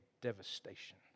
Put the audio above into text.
devastation